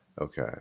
Okay